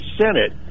Senate